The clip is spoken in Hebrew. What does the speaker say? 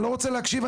אני לא רוצה להקשיב,